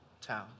town